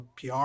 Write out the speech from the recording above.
PR